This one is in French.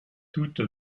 toute